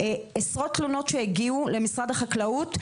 עשרות תלונות הגיעו למשרד החקלאות,